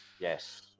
yes